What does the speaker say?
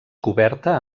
coberta